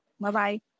Bye-bye